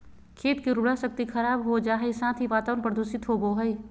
खेत के उर्वरा शक्ति खराब हो जा हइ, साथ ही वातावरण प्रदूषित होबो हइ